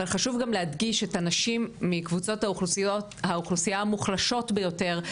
אבל חשוב גם להדגיש את הנשים מקבוצות האוכלוסייה המוחלשות ביותר,